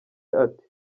ati